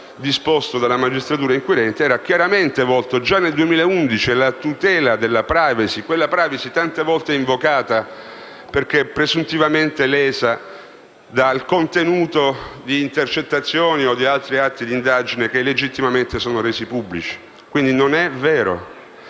disposto dalla magistratura inquirente era chiaramente volto, già nel 2011, alla tutela della*privacy*, quella *privacy* tante volte invocata perché presuntivamente lesa dal contenuto di intercettazioni o di altri atti d'indagine che legittimamente sono resi pubblici; quindi non è vero.